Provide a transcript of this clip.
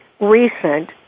recent